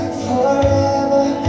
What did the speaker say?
forever